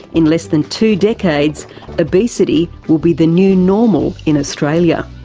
in less than two decades obesity will be the new normal in australia.